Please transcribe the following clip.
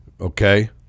okay